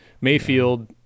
mayfield